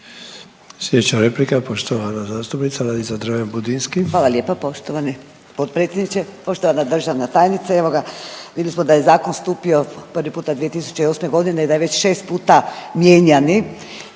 Slijedeća replika poštovana zastupnica Nadica Dreven Budinski. **Dreven Budinski, Nadica (HDZ)** Hvala lijepa poštovani potpredsjedniče. Poštovana državna tajnice, evo ga, vidjeli smo da je zakon stupio prvi puta 2008.g. i da je već 6 puta mijenjani,